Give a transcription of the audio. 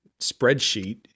spreadsheet